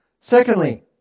Secondly